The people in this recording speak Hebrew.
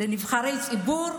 על נבחרי ציבור?